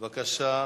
בבקשה,